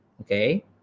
okay